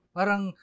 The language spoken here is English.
Parang